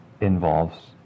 involves